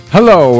Hello